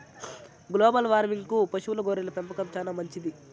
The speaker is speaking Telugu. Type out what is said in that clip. గ్లోబల్ వార్మింగ్కు పశువుల గొర్రెల పెంపకం చానా మంచిది